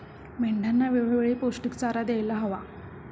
मेंढ्यांना वेळोवेळी पौष्टिक चारा द्यायला हवा